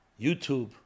YouTube